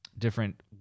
different